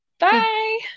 Bye